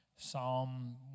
Psalm